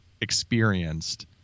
experienced